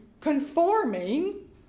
conforming